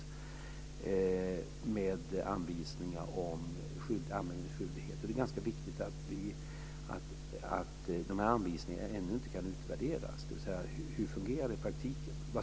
Där finns det anvisningar om anmälningsskyldighet. Det är ganska viktigt att komma i håg att dessa anvisningar ännu inte kan utvärderas. Vi vet inte hur det här fungerar i praktiken.